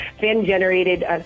fan-generated